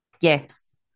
Yes